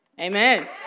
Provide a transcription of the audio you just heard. Amen